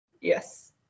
Yes